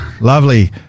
Lovely